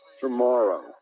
tomorrow